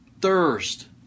thirst